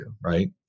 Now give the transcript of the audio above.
right